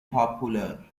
popular